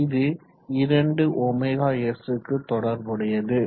இது 2ɷs க்கு தொடர்புடையது